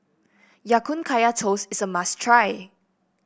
Ya Kun Kaya Toast is a must try